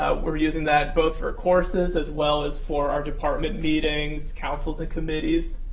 ah we're using that both for courses as well as for our department meetings, councils, and committees.